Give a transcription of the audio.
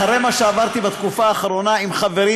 אחרי מה שעברתי בתקופה האחרונה עם חברים,